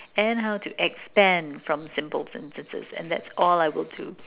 and how to expand from simple sentences and that's all I will do